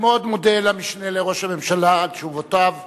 אני מאוד מודה למשנה לראש הממשלה על תשובותיו.